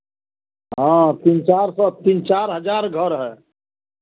हाँ तीन चार सौ तीन चार हज़ार घर हैं